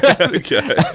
Okay